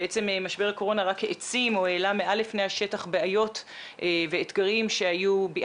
בעצם משבר הקורונה רק העצים או העלה מעל לפני השטח בעיות ואתגרים שבעבעו